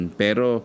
pero